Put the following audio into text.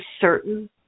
certain